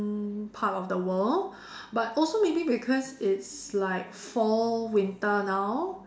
part of the world but also maybe because it's like fall winter now